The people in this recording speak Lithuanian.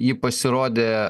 ji pasirodė